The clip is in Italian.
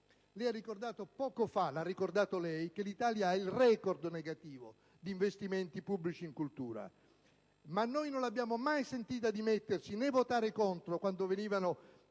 in Parlamento. Poco fa lei ha ricordato che l'Italia ha il record negativo di investimenti pubblici in cultura: ma noi non l'abbiamo mai sentita dimettersi, né votare contro quando venivano